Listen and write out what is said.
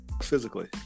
physically